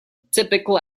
typical